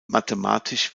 mathematisch